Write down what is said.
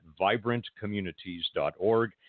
vibrantcommunities.org